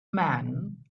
man